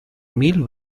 mil